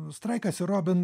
straikas ir robin